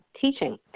teaching